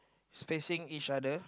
is facing each other